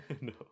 No